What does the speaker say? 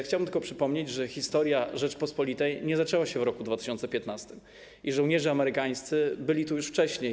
Chciałbym tylko przypomnieć, że historia Rzeczypospolitej nie zaczęła się w roku 2015 i żołnierze amerykańscy byli tu już wcześniej.